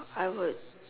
I would